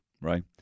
right